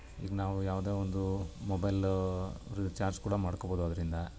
ಈಗ ನಾವು ಯಾವುದೋ ಒಂದು ಮೊಬೈಲ್ ರ ಚಾರ್ಜ್ ಕೂಡ ಮಾಡ್ಕೋಬೋದು ಅದರಿಂದ